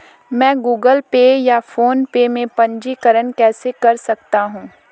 मैं Google Pay या PhonePe में पंजीकरण कैसे कर सकता हूँ?